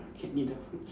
can eat ah